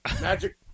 Magic